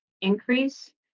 increase